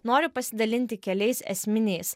noriu pasidalinti keliais esminiais